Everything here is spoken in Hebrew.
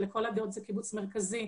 שלכל הדעות זה קיבוץ מרכזי,